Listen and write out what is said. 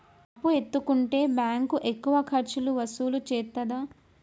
అప్పు ఎత్తుకుంటే బ్యాంకు ఎక్కువ ఖర్చులు వసూలు చేత్తదా?